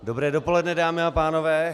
Dobré dopoledne, dámy a pánové.